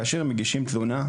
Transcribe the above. כאשר הם מגישים תלונה,